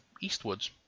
eastwards